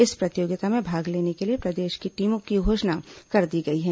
इस प्रतियोगिता में भाग लेने के लिए प्रदेश की टीमों की घोषणा कर दी गई हैं